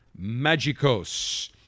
Magicos